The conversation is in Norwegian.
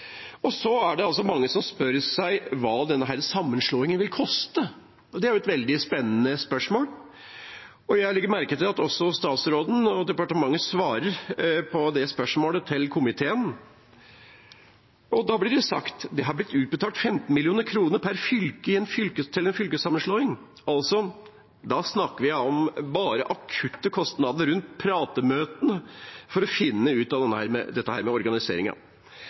Så er det mange som spør seg hva denne sammenslåingen vil koste, og det er et veldig spennende spørsmål. Jeg legger merke til at også statsråden og departementet svarer på det spørsmålet til komiteen, og da blir det sagt at det har blitt utbetalt 15 mill. kr per fylke til en fylkessammenslåing. Da snakker vi om bare akutte kostnader rundt pratemøtene, for å finne ut av dette med